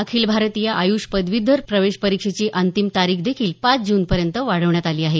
अखिल भारतीय आय्ष पदव्यत्तर प्रवेश परीक्षेची अंतिम तारीखदेखील पाच जूनपर्यंत वाढवण्यात आली आहे